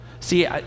See